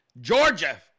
Georgia